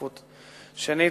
שנית,